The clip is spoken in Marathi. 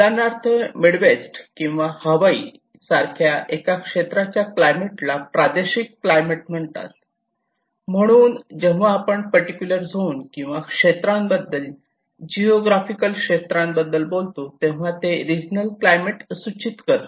उदाहरणार्थ मिडवेस्ट किंवा हवाई यासारख्या एका क्षेत्राच्या क्लायमेटला प्रादेशिक क्लायमेट म्हणतात म्हणून जेव्हा आपण पर्टिक्युलर झोन किंवा क्षेत्राबद्दल जिओग्राफिकल क्षेत्राबद्दल बोलतो तेव्हा ते रीजनल क्लायमेट सूचित करते